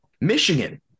Michigan